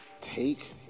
Take